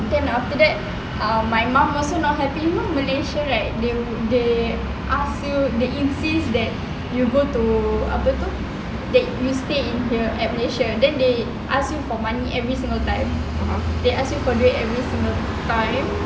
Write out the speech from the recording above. then after that um my mum also not happy you know malaysia right they they ask you they insist that you go to apa itu that you stay in the malaysia then they ask you for money every single time they ask you for duit every single time